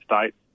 states